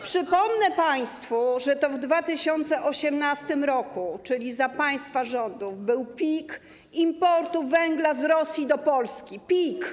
Przypomnę państwu, że to w 2018 r., czyli za państwa rządów, był pik importu węgla z Rosji do Polski - pik.